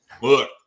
Look